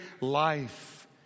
life